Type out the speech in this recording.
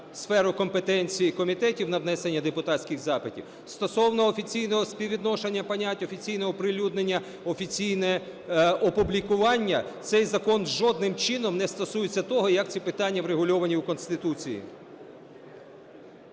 сферу компетенцій комітетів на внесення депутатських запитів. Стосовно офіційного співвідношення понять – офіційне оприлюднення, офіційне опублікування, – цей закон жодним чином не стосується того, як ці питання врегульовані в Конституції.